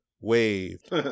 waved